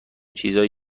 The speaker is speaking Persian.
چیزای